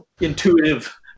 intuitive